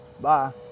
Bye